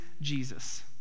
Jesus